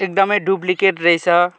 एकदमै डुप्लिकेट रहेछ